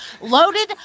loaded